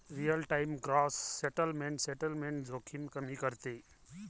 real time gross settlement settlement जोखीम कमी करते